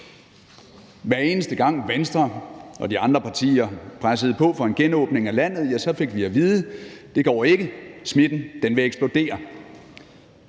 Hver eneste gang Venstre og de andre partier pressede på for en genåbning af landet, fik vi at vide: Det går ikke, smitten vil eksplodere.